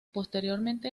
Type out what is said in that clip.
posteriormente